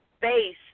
base